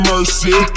Mercy